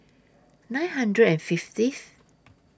nine hundred and fiftieth